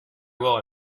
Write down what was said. will